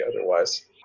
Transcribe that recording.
otherwise